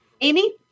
Amy